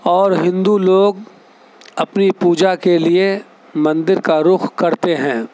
اور ہندو لوگ اپنی پوجا کے لیے مندر کا رخ کرتے ہیں